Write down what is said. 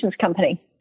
company